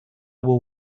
will